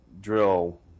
drill